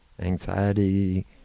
Anxiety